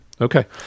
Okay